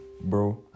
bro